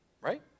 right